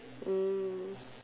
mm